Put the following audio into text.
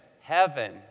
heaven